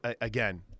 again